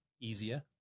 easier